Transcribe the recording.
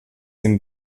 dem